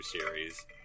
series